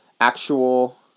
actual